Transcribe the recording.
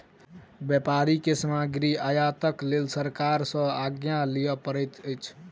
व्यापारी के सामग्री आयातक लेल सरकार सॅ आज्ञा लिअ पड़ैत अछि